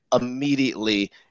immediately